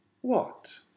What